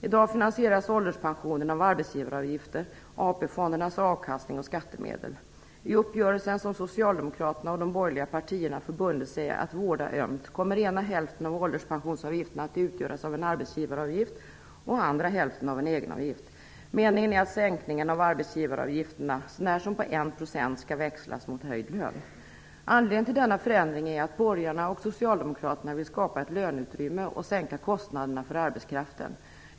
I dag finansieras ålderspensionen med arbetsgivaravgifter, AP-fondernas avkastning och skattemedel. Genom den uppgörelse som Socialdemokraterna och de borgerliga partierna förbundit sig att vårda ömt kommer ena hälften av ålderspensionsavgiften att utgöras av en arbetsgivaravgift och andra hälften av en egenavgift. Meningen är att sänkningen av arbetsgivaravgifterna - så när som på 1 procent - skall växlas mot höjd lön. Anledningen till denna förändring är att borgarna och socialdemokraterna vill skapa ett löneutrymme och sänka kostnaderna för arbetskraften.